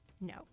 No